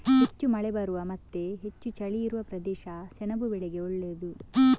ಹೆಚ್ಚು ಮಳೆ ಬರುವ ಮತ್ತೆ ಹೆಚ್ಚು ಚಳಿ ಇರುವ ಪ್ರದೇಶ ಸೆಣಬು ಬೆಳೆಗೆ ಒಳ್ಳೇದು